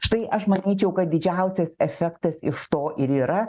štai aš manyčiau kad didžiausias efektas iš to ir yra